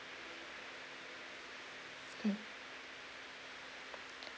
mm